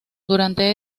durante